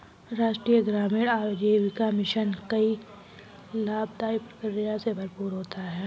राष्ट्रीय ग्रामीण आजीविका मिशन कई लाभदाई प्रक्रिया से भरपूर होता है